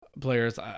players